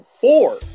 four